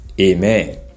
Amen